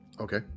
Okay